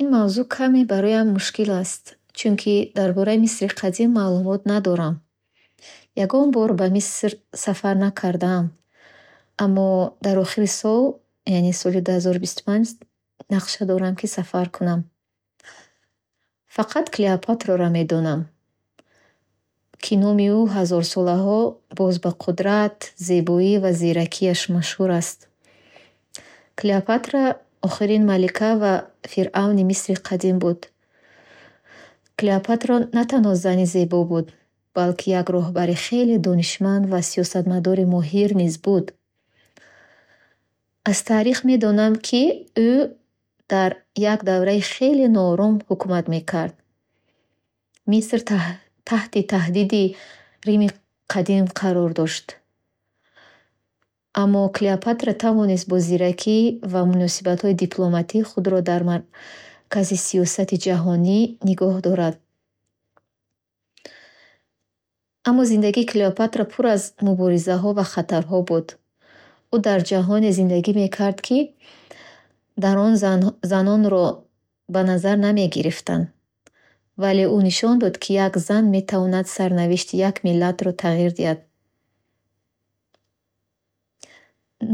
Ин мавзуъ каме бароям мушкил аст, чунки дар боряи Мисри Қадим маълумот надорам. Ягон бор ба Миср сафар накардаам, аммо дар охири сол яъне соли ду ҳазору бисту панҷ нақша дорам ки сафар кунам. Фақат Клеопартраро медонам, ки номи ӯ ҳазорсолаҳо боз бо қудрат, зебоӣ ва зиракиаш машҳур аст. Клеопатра охирин малика ва фиръавни Мисри Қадим буд. Клеопатра на танҳо зани зебо буд, балки як роҳбари хеле донишманд ва сиёсатмадори моҳир низ буд. Аз таърих медонам, ки ӯ дар як давраи хеле ноором ҳукумат мекард. Миср таҳ- таҳти таҳдиди Рими Қадим қарор дошт. Аммо Клеопатра тавонист бо зиракӣ ва муносибатҳои дипломатӣ худро дар маркази сиёсати ҷаҳонӣ нигоҳ дорад. Аммо зиндагии Клеопатра пур аз муборизаҳо ва хатарҳо буд. Ӯ дар ҷаҳоне зиндагӣ мекард, ки дар он занон, занонро ба назар намеригифтан, вале ӯ нишон дод, ки як зан метавонад сарнавишти як миллатро тағйир диҳад.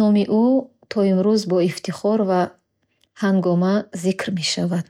Номи ӯ то имрӯз бо ифтихор ва ҳангома зикр мешавад.